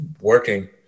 working